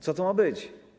Co to ma być?